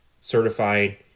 certified